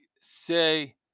say